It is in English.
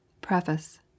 Preface